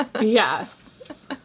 Yes